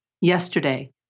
yesterday